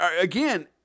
again